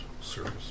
service